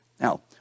Now